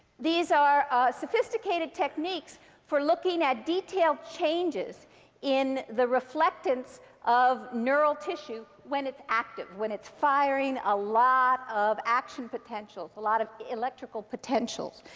these are sophisticated techniques for looking at detailed changes in the reflectance of neural tissue when it's active when it's firing a lot of action potentials, a lot of electrical potentials.